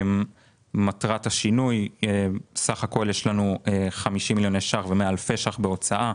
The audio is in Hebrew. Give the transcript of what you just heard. בסך הכול יש 50 מיליוני שקלים ו-100 אלפי שקלים בהוצאה